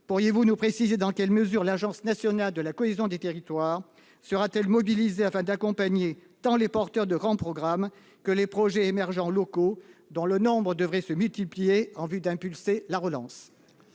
Pourriez-vous enfin nous préciser dans quelle mesure l'Agence nationale de la cohésion des territoires sera mobilisée pour accompagner tant les porteurs de grands programmes que les projets émergents locaux, dont le nombre devrait être multiplié en vue d'impulser la relance ?